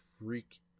freak